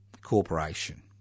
corporation